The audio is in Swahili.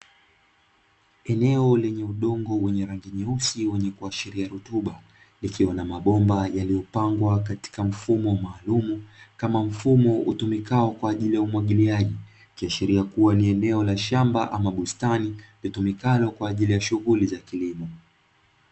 Eneo lenye udongo wenye rangi nyeusi wenye kuashiria rutuba ikiwa na mabomba yaliyo pangwa katika mfumo maalumu, kama mfumo utumikao kwaajili ya umwagiliaji, ikiashiria kua ni eneo la shamba ama bustani litumikalo kwaajili ya shughuli za kilimo.